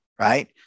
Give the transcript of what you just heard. right